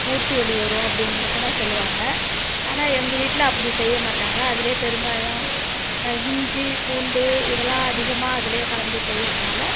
மூட்டுவலி வரும் அப்படின்னு கூட சொல்லுவாங்க ஆனால் எங்கள் வீட்டில் அப்படி செய்யமாட்டாங்க அதில் பெருங்காயம் இஞ்சி பூண்டு இதெல்லாம் அதிகமாக அதில் கலந்து செய்யறதினால